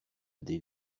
des